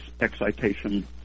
excitation